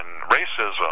racism